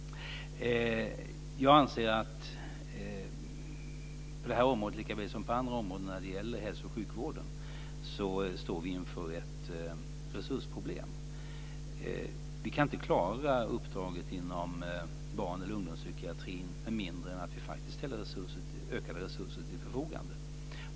Jag anser att på det här området, likaväl som på andra områden när det gäller hälso och sjukvården, står vi inför ett resursproblem. Vi kan inte klara uppdraget inom barn och ungdomspsykiatrin med mindre än att vi faktiskt ställer ökade resurser till förfogande.